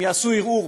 אם יגישו ערעור,